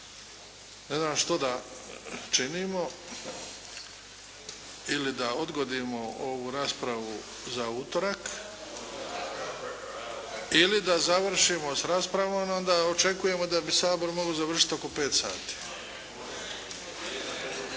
Ne znam što da činimo? Ili da odgodimo ovu raspravu za utorak ili da završimo s raspravom. Onda očekujemo da bi Sabor mogao završiti oko 5 sati.